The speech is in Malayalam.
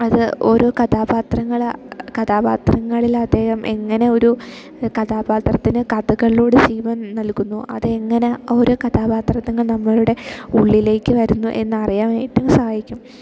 അത് ഓരോ കഥാപാത്രങ്ങൾ കഥാപാത്രങ്ങളിൽ അദ്ദേഹം എങ്ങനെ ഒരു കഥാപാത്രത്തിന് കഥകളിലൂടെ ജീവൻ നൽകുന്നു അതെങ്ങനെ ഓരോ കഥാപാത്രത്തങ്ങൾ നമ്മളുടെ ഉള്ളിലേക്ക് വരുന്നു എന്നറിയാൻ ആയിട്ട് സഹായിക്കും